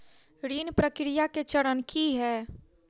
ऋण प्रक्रिया केँ चरण की है?